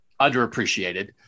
underappreciated